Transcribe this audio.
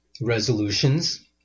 resolutions